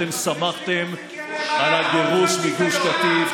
אתם שמחתם על הגירוש מגוש קטיף,